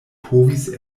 povis